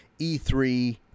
E3